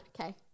Okay